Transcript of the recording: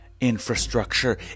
infrastructure